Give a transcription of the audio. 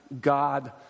God